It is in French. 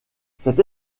cette